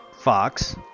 Fox